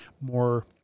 more